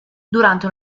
durante